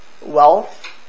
wealth